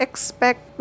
Expect